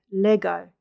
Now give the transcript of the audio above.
lego